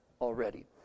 already